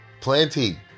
plenty